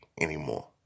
anymore